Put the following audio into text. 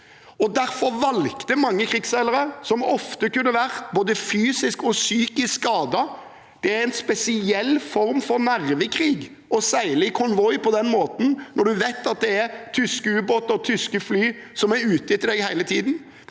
i Nortraship. Krigsseilerne kunne være både fysisk og psykisk skadet. Det er en spesiell form for nervekrig å seile i konvoi på den måten, når man vet at det er tyske ubåter og tyske fly som er ute etter en hele tiden.